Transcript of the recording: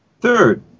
Third